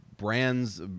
brands